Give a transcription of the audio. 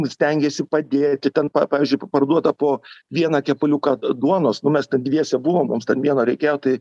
stengiasi padėti ten pa pavyzdžiui parduota po vieną kepaliuką duonos nu mes ten dviese buvo mums ten vieno reikėjo tai